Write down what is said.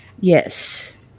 Yes